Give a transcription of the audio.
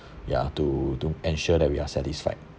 ya to to ensure that we are satisfied